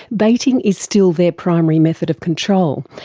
baiting is still their primary method of control,